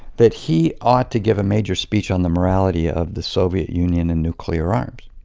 that he ought to give a major speech on the morality of the soviet union and nuclear arms.